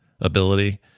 ability